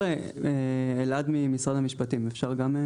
אלעד ממשרד המשפטים, אפשר גם?